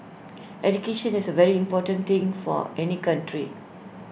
education is A very important thing for any country